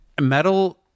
metal